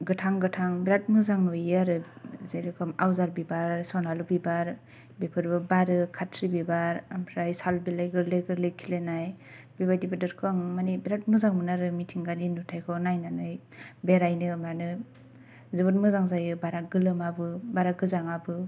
गोथां गोथां बेराथ मोजां नुयो आरो जेर'खम आवजार बिबार आरो सनालु बिबार बेफोरबो बारो खाथ्रि बिबार ओमफ्राय साल गोरलै गोरलै गोरलै खिलिनाय बेबादि बोथोरखौ आं माने बेराथ मोजां मोनो आरो मिथिंगानि नुथायखौ नायनै बेरायनो मानो जोबोद मोजां जायो बारा गोलोमाबो बारा गोजांआबो